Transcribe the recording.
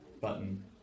button